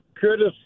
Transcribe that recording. Curtis